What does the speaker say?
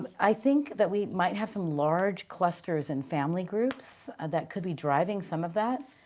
but i think that we might have some large clusters and family groups ah that could be driving some of that,